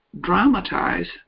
dramatize